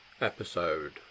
episode